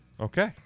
Okay